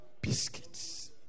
biscuits